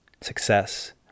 success